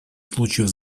случаев